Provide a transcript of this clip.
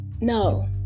No